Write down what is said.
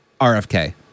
RFK